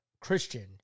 Christian